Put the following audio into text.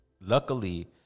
luckily